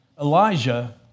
Elijah